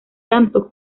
tanto